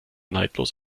neidlos